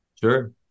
Sure